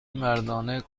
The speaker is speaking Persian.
مردانه